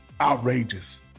outrageous